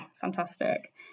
Fantastic